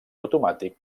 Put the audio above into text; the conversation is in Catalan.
automàtic